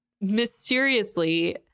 mysteriously